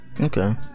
Okay